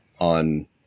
on